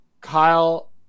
Kyle